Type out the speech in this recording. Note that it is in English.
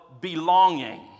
belonging